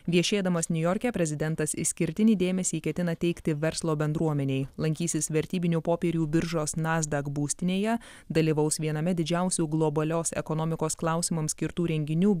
viešėdamas niujorke prezidentas išskirtinį dėmesį ketina teikti verslo bendruomenei lankysis vertybinių popierių biržos nasdaq būstinėje dalyvaus viename didžiausių globalios ekonomikos klausimams skirtų renginių